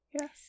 Yes